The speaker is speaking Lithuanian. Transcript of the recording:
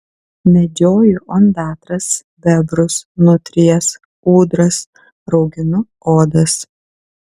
medžioju ondatras bebrus nutrijas ūdras rauginu odas